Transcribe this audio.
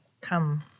come